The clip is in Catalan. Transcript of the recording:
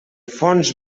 fons